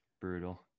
Brutal